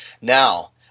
Now